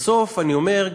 בסוף, אני אומר,